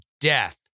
death